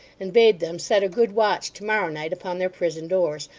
and bade them set a good watch to-morrow night upon their prison doors,